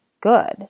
good